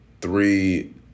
three